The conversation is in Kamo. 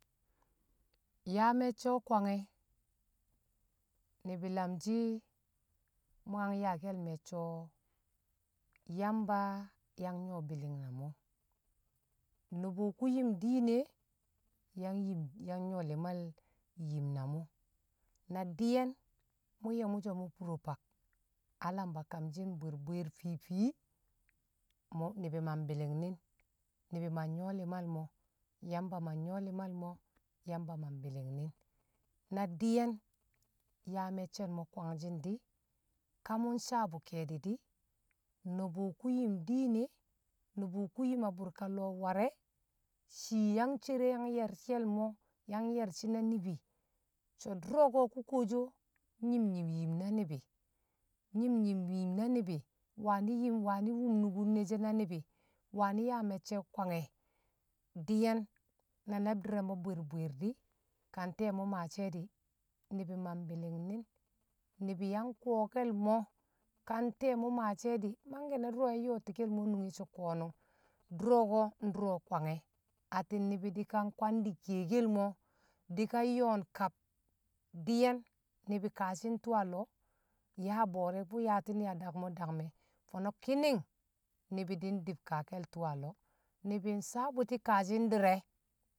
Yaa me̱cce̱ o̱ kwange ni̱bi̱ lamshi mṵ yang yaa me̱cco yamba yang nyṵwo̱ bi̱li̱ng na mṵ nṵbṵ kṵ yim diin e̱ yang yim yang nyṵwo̱ li̱mal yim na mṵ e̱, na di̱ye̱n mṵ ye̱ mṵ so̱ mṵ FuroFak a lamba kamshi̱n bwi̱r- bwi̱r FiFi mu Ni̱bi̱ ma mbi̱li̱ngni̱ng, ni̱bi̱ ma myṵwo̱ li̱mal mo̱ yamba ma nyṵwo̱ limal mo̱ yamba ma mbi̱li̱ngni̱ng, na di̱ye̱n yaa me̱cce̱l mo̱ kwangshin di̱, ka mu nsha bu ke̱e̱di̱ di̱ nṵbṵ ku yim di̱n ne nu̱bu̱ ku yim a burka lo̱ war e̱ shii yang cere yang ye̱r ke̱l mo̱ yang ye̱rshi̱ na ni̱bi̱ so̱ dṵro̱ ko̱ kṵ kuwo shi o̱ nyi̱m- nyi̱m yim na ni̱bi̱ nyi̱m- nyi̱m yim na ni̱bi̱ wani wani̱ wum nukun ne̱ she̱ na ni̱bi̱, wani̱ yaa me̱cce̱ o̱ kwange̱, diyen na le̱bdi̱r mo̱ bwir bwir di̱ ka ntee mṵ maashi e̱ di̱ ni̱bi̱ ma mbi̱li̱ng ni̱ng ni̱bi̱ yang kuwo ke̱l mo̱ ka nte̱e̱ mṵ maashi manke̱ na dṵro̱ yang yo̱o̱ti̱ ki̱l mo̱ nunge so̱ ko̱nṵng dṵro̱ko ndṵro̱ kwange̱ attin ni̱bi̱ di̱kan kwandi kiyekel mo di̱kan yo̱o̱n kab di̱yan ni̱bi̱ kaashi ntṵṵ aloo ya bo̱o̱re kṵ yaatin ya dakṵmo̱ dakme̱ Fo̱no̱ ki̱ni̱ng ni̱bi̱ di̱ ndi̱b kaake̱l tṵṵ a lo̱o̱ ni̱bi̱ saa bṵti̱ kaashi ndi̱re̱.